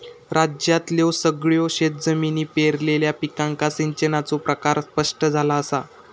राज्यातल्यो सगळयो शेतजमिनी पेरलेल्या पिकांका सिंचनाचो प्रकार स्पष्ट झाला असा